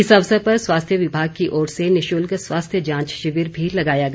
इस अवसर पर स्वास्थ्य विभाग की ओर से निशुल्क स्वास्थ्य जांच शिविर भी लगाया गया